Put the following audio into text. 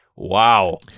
wow